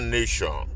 Nation